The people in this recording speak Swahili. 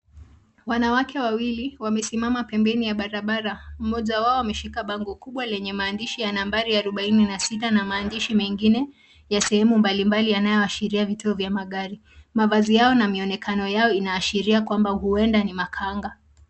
Wanawake wawili wamesimama pembeni ya barabara. Mmoja wao ameshika bango kubwa lenye maandishi ya nambari arubaini na sita na maandishi mengine ya sehemu mbalimbali yanayoashiria vito vya magari. Mavazi yao na mionekano yao inaashiria kwamba huenda ni makanga.